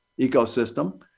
ecosystem